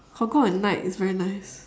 hong-kong at night is very nice